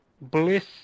Bliss